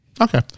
Okay